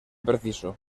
preciso